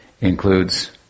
includes